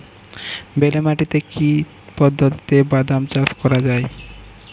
বেলে মাটিতে কি পদ্ধতিতে বাদাম চাষ করা যায়?